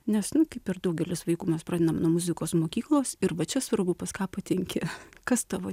nes kaip ir daugelis vaikų mes pradedam nuo muzikos mokyklos ir va čia svarbu pas ką patinki kas tavo